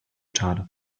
czar